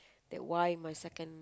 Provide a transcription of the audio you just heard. that why my second